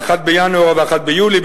ב-1 בינואר וב-1 ביולי,